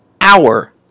hour